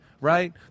Right